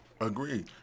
Agreed